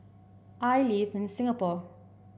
I live in Singapore